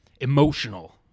emotional